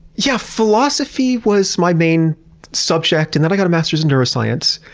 yeah philosophy was my main subject and then i got a master's in neuroscience,